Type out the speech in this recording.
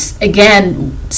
again